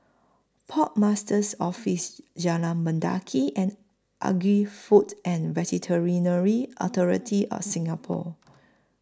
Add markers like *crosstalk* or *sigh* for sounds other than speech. Port Master's Office Jalan Mendaki and Agri Food and *unintelligible* Authority of Singapore